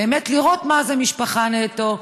באמת לראות מה זה משפחה נטו,